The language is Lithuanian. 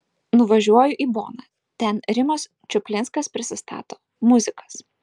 nuvažiuoju į boną ten rimas čuplinskas prisistato muzikas